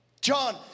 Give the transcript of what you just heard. John